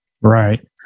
Right